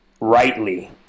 rightly